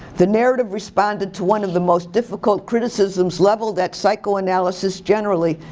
the narrative responded to one of the most difficult criticisms leveled at psychoanalysis generally,